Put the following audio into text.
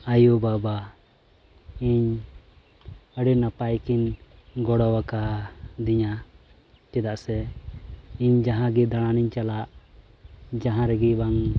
ᱟᱹᱭᱩ ᱵᱟᱵᱟ ᱤᱧ ᱟᱹᱰᱤ ᱱᱟᱯᱟᱭ ᱠᱤᱱ ᱜᱚᱲᱚ ᱟᱠᱟᱫᱤᱧᱟ ᱪᱮᱫᱟᱜ ᱥᱮ ᱤᱧ ᱡᱟᱦᱟᱸᱜᱮ ᱫᱟᱬᱟᱱᱤᱧ ᱪᱟᱞᱟᱜ ᱡᱟᱦᱟᱸ ᱨᱮᱜᱮ ᱵᱟᱝ